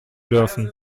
dürfen